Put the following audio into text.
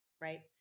right